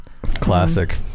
classic